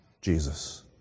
Jesus